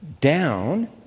down